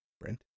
Brent